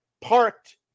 parked